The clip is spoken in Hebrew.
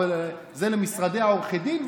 זה למשרדי עורכי הדין,